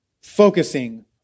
focusing